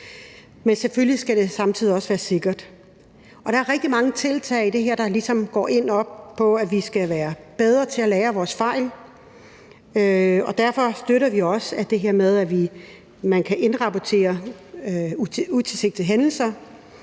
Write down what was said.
Men selvfølgelig skal det samtidig også være sikkert. Der er rigtig mange tiltag i det her, der ligesom går ud på, at vi skal være bedre til at lære af vores fejl. Derfor støtter vi også det her med, at man kan indrapportere utilsigtede hændelser